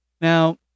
Now